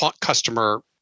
customer